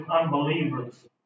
unbelievers